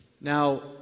Now